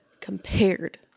compared